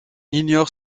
ignore